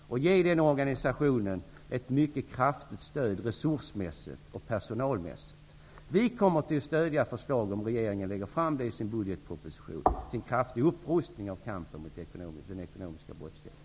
Den organisationen bör få ett mycket kraftigt stöd när det gäller resurser och personal. Vi kommer att stödja förslaget till en kraftig upprustning av kampen mot den ekonomiska brottsligheten om regeringen lägger fram förslag om det i sin budgetproposition.